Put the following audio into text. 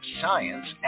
science